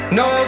no